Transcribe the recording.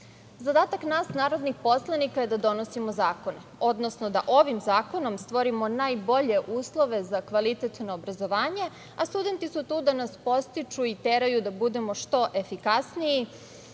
oslonac. Zadatak nas narodnih poslanika je da donosimo zakone, odnosno da ovim zakonom stvorimo najbolje uslove za kvalitetno obrazovanje, a studenti su tu da nas podstiču i teraju da budemo što efikasniji,